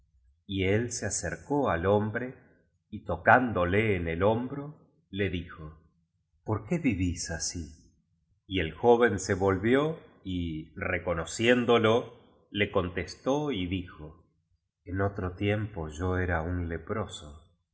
y él se acercó al hombre y tocándole en el hombro le dijo por qué vivís así y el joven se volvió y reconociéndolo le contestó y dijo en otro tiempo yo era un leproso